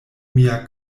mia